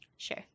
Sure